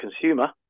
consumer